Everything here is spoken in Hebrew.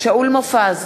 שאול מופז,